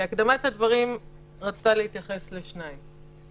כי הקדמת הדברים רצתה להתייחס לשניים: